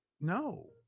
No